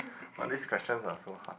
all this questions are so hard